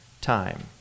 time